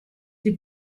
die